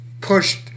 pushed